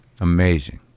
Amazing